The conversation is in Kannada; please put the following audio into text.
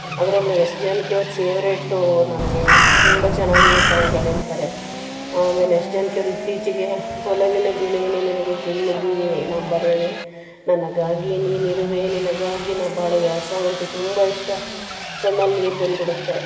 ಅದರಲ್ಲಿ ಎಸ್ ಜಾನಕಿ ಅವ್ರು ಫೆವ್ರೇಟು ಅವ್ರು ನನಗೆ ತುಂಬ ಚೆನ್ನಾಗಿ ಸಾಂಗಳು ಹೇಳ್ತಾರೆ ಆಮೇಲೆ ಎಸ್ ಜಾನಕಿ ಅವ್ರ ಇತ್ತೀಚಿಗೆ ಒಲವಿನ ಗಿಳಿ ನೀ ನನಗೆ ಕೈ ಮುಗಿವೆ ನಾ ಬರೆವೆ ನನಗಾಗಿ ನೀನಿರುವೆ ನಿನಗಾಗಿ ನಾ ಬಾಳುವೆ ಆ ಸಾಂಗಂತೂ ತುಂಬ ಇಷ್ಟ ಕಣ್ಣಲ್ಲಿ ನೀರು ಬಂದುಬಿಡುತ್ತೆ